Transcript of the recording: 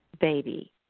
baby